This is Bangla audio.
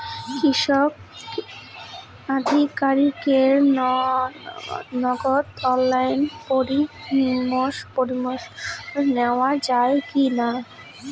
কৃষি আধিকারিকের নগদ অনলাইন পরামর্শ নেওয়া যায় কি না?